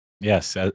Yes